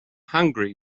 hungry